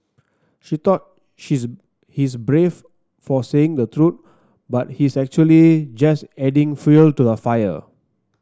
he thought she's he's brave for saying the truth but he's actually just adding fuel to the fire